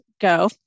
go